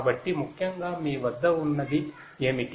కాబట్టి ముఖ్యంగా మీ వద్ద ఉన్నది ఏమిటి